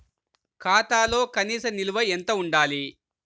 ఖాతాలో కనీస నిల్వ ఎంత ఉండాలి?